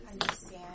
understand